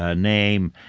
ah name,